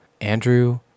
Andrew